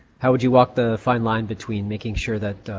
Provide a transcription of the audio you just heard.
how would you walk the fine line between making sure that.